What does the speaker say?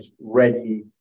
ready